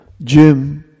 Jim